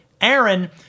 Aaron